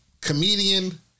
comedian